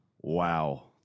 Wow